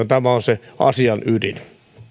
tämä on se asian ydin